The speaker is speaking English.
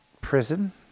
Prison